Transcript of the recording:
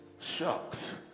shucks